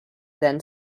than